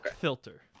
filter